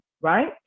right